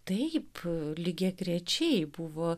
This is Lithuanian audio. taip lygiagrečiai buvo